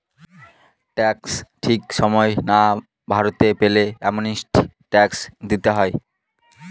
tax ঠিক সময়ে না ভরতে পারলে অ্যামনেস্টি ট্যাক্স দিতে হয়